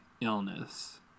illness